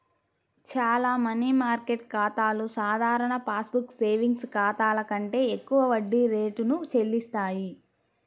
చాలా money market ఖాతాలు సాధారణ పాస్ బుక్ సేవింగ్స్ ఖాతాల కంటే ఎక్కువ వడ్డీ రేటును చెల్లిస్తాయి